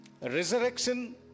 Resurrection